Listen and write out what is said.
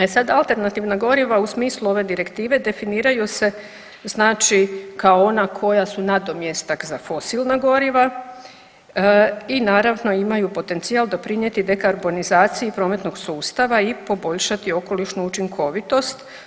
E sad, alternativna goriva u smislu ove direktive definiraju se znači kao ona koja su nadomjestak za fosilna goriva i naravno, imaju potencijal doprinijeti dekarbonizaciji prometnog sustava i poboljšati okolišnu učinkovitost.